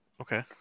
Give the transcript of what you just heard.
Okay